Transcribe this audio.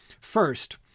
first